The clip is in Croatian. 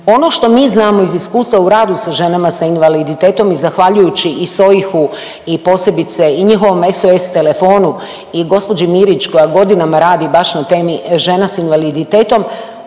Ono što mi znamo iz iskustva u radu sa ženama sa invaliditetom i zahvaljujući i SOIH-u i posebice i njihovom SOS telefonu i gospođi Mirić koja godinama radi baš na temi žena s invaliditetom,